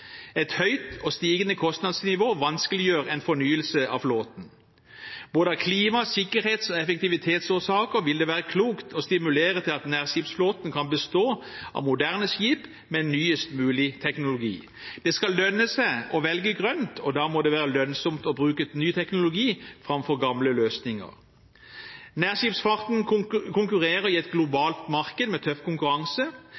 Et høyt og stigende kostnadsnivå vanskeliggjør en fornyelse av flåten. Både av klima-, sikkerhets- og effektivitetsårsaker vil det være klokt å stimulere til at nærskipsflåten kan bestå av moderne skip med nyest mulig teknologi. Det skal lønne seg å velge grønt, og da må det være lønnsomt å bruke ny teknologi framfor gamle løsninger. Nærskipsfarten konkurrerer i et globalt marked, med tøff konkurranse.